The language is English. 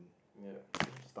ya